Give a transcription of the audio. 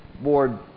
board